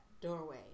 doorway